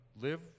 live